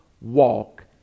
walk